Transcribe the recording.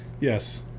Yes